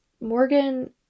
Morgan